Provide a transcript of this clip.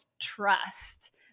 trust